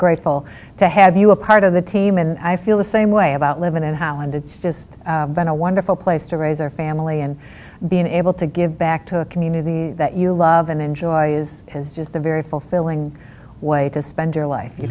grateful to have you a part of the team and i feel the same way about living in holland it's just been a wonderful place to raise our family and being able to give back to a community that you love and enjoys is just a very fulfilling way to spend your life you